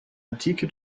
antike